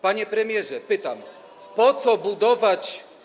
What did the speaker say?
Panie premierze, pytam, po co budować.